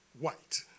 white